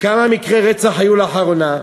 כמה מקרי רצח היו לאחרונה,